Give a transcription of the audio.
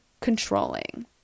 controlling